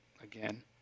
again